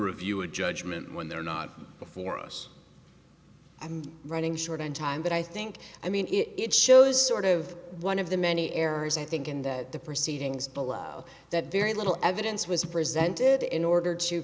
review a judgment when they're not before us i'm running short on time but i think i mean it shows sort of one of the many errors i think in the proceedings below that very little evidence was presented in order to